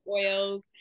oils